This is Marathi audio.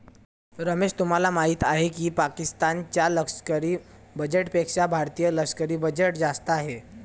रमेश तुम्हाला माहिती आहे की पाकिस्तान च्या लष्करी बजेटपेक्षा भारतीय लष्करी बजेट जास्त आहे